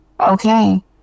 Okay